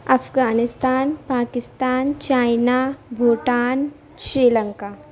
Afghanistan Pakistan China Bhutan Sri Lanka